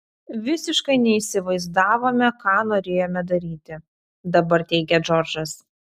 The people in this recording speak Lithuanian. visiškai neįsivaizdavome ką norėjome daryti dabar teigia džordžas